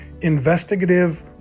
investigative